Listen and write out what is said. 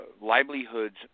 livelihoods